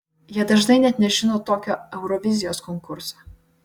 jie dažnai net nežino tokio eurovizijos konkurso